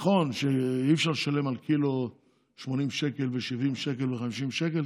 נכון שאי אפשר לשלם על קילו 80 שקל ו-70 שקל ו-50 שקל,